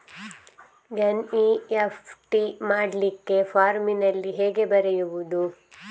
NEFT ಮಾಡ್ಲಿಕ್ಕೆ ಫಾರ್ಮಿನಲ್ಲಿ ಹೇಗೆ ಬರೆಯುವುದು?